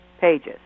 pages